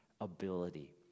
ability